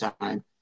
Time